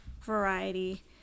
variety